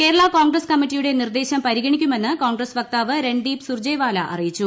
കേരളകോൺഗ്രസ് കമ്മിറ്റിയുടെ നിർദ്ദേശം പരിഗണിക്കുമെന്ന് കോൺഗ്രസ് വക്താവ് രൺദീപ് സുർജേവാല അറിയിച്ചു